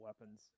weapons